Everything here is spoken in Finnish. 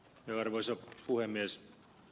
arvoisa puhemies